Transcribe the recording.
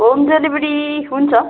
home delivery हुन्छ